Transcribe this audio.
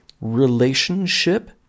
relationship